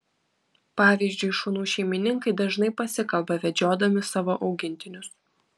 pavyzdžiui šunų šeimininkai dažnai pasikalba vedžiodami savo augintinius